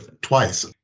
twice